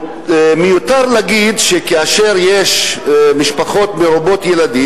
מיותר להגיד שכאשר יש משפחות מרובות ילדים,